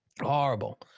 Horrible